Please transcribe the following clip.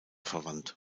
verwandt